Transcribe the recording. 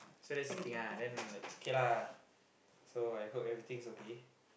so that's the thing lah then like okay lah so I hope everything is okay